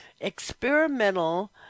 experimental